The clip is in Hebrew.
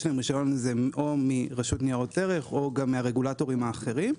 להם רשיון או מרשות ניירות ערך או מהרגולטורים האחרים,